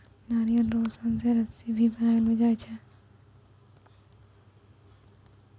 नारियल रो सन से रस्सी भी बनैलो जाय छै